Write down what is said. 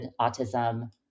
autism